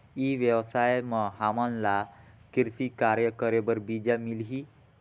ई व्यवसाय म हामन ला कृषि कार्य करे बर बीजा मिलही?